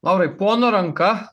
laurai pono ranka